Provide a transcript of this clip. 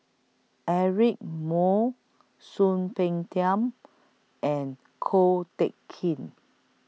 Eric Moo Soon Peng Tam and Ko Teck Kin